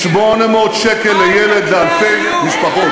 שחוסך 800 שקל לילד למאות-אלפי משפחות.